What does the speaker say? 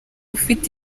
ufite